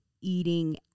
eating